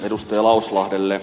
edustaja lauslahdelle